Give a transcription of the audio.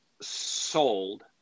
sold